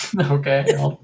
Okay